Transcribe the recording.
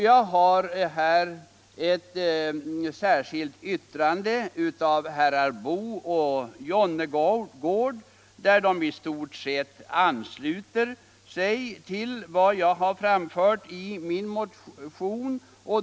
I ett särskilt yttrande ansluter sig herr Boo och herr Jonnergård i stort sett till vad jag har framfört i min motion.